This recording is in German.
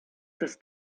das